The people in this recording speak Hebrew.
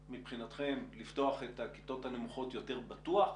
מבחינתכם לפתוח את הכיתות הנמוכות יותר בטוח,